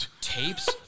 Tapes